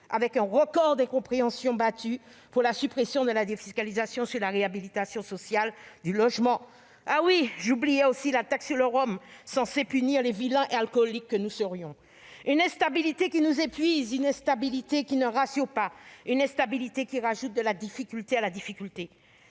et, record d'incompréhension battu, la suppression de la défiscalisation sur la réhabilitation sociale des logements. J'en oubliais presque la taxe sur le rhum, censée punir les vilains alcooliques que nous serions ! Cette instabilité qui nous épuise, cette instabilité ne rassure pas, cette instabilité qui rajoute de la difficulté à la difficulté.